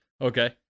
Okay